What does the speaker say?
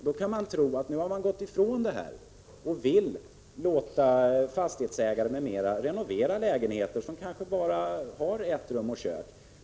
Detta kan ge intrycket att avsikten nu är att låta fastighetsägare m.fl. renovera lägenheter som kanske har bara ett rum och kök.